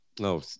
No